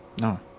no